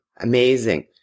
amazing